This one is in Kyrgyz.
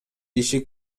иши